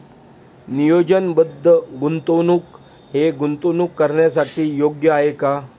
नियोजनबद्ध गुंतवणूक हे गुंतवणूक करण्यासाठी योग्य आहे का?